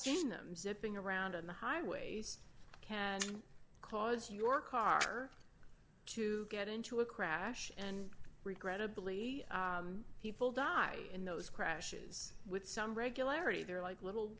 seen them zipping around on the highways can cause your car to get into a crash and regrettably people die in those crashes with some regularity they're like little